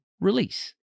release